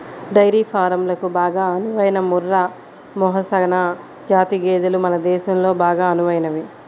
dairy ఫారంలకు బాగా అనువైన ముర్రా, మెహసనా జాతి గేదెలు మన దేశంలో బాగా అనువైనవి